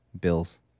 Bills